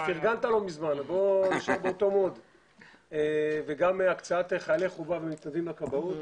גם הקצאת חיילי חובה כמוצבים בכבאות.